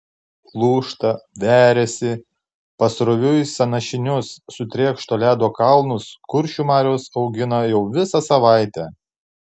lūžta veriasi pasroviui sąnašinius sutrėkšto ledo kalnus kuršių marios augina jau visą savaitę